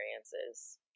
experiences